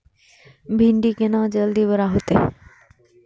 भिंडी केना जल्दी बड़ा होते?